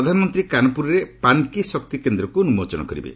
ପ୍ରଧାନମନ୍ତ୍ରୀ କାନ୍ପୁରରେ ପାନ୍କି ଶକ୍ତି କେନ୍ଦ୍ରକୁ ଉନ୍ମୋଚନ କରିବେ